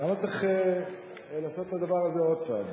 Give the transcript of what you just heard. למה צריך לעשות את הדבר הזה עוד פעם?